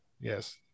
Yes